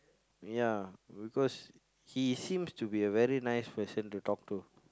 ya because he seems to be a very nice person to talk to